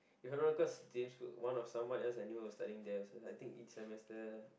if I'm not wrong cause same school one of someone else I knew was studying there also I think each semester